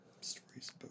stories